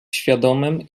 świadomym